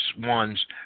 ones